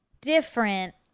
different